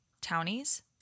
townies